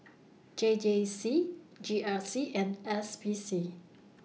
J J C G R C and S P C